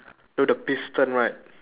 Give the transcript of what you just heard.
no the piston right